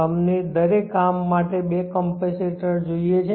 અમને દરેક આર્મ માટે બે કંપેરેટર જોઈએ છે